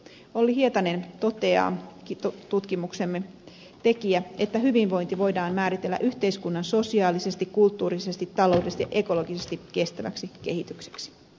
tutkimuksemme tekijä olli hietanen tulevaisuuden tutkimuskeskuksesta toteaa että hyvinvointi voidaan määritellä yhteiskunnan sosiaalisesti kulttuurisesti taloudellisesti ja ekologisesti kestäväksi kehitykseksi